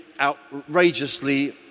outrageously